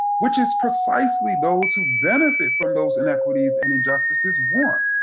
which is precisely those who benefit from those inequities and injustices want.